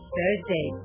Thursday